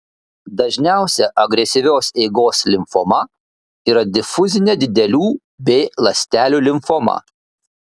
dažniausia agresyvios eigos limfoma yra difuzinė didelių b ląstelių limfoma